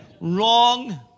Wrong